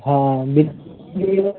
हँ बिल मिलि गेलऽ